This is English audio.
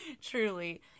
Truly